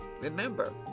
Remember